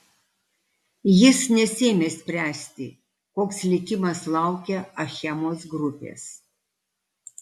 jis nesiėmė spręsti koks likimas laukia achemos grupės